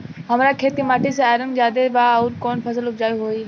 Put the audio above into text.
हमरा खेत के माटी मे आयरन जादे बा आउर कौन फसल उपजाऊ होइ?